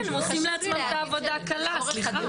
כן, הם עושים לעצמם את העבודה קלה, סליחה.